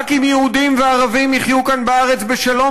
רק אם יהודים וערבים יחיו כאן בארץ בשלום,